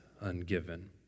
ungiven